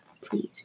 please